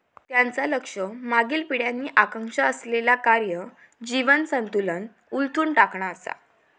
त्यांचा लक्ष मागील पिढ्यांनी आकांक्षा असलेला कार्य जीवन संतुलन उलथून टाकणा असा